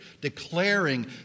declaring